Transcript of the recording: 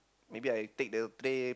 may be I take the plate